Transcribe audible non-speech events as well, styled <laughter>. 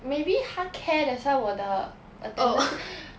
maybe 他 care that's why 我的 attendance <breath>